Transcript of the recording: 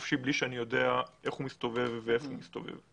חופשי בלי שאני יודע איך הוא מסתובב ואיך הוא מסתובב.